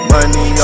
Money